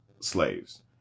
slaves